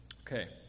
Okay